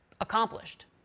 accomplished